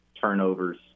turnovers